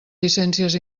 llicències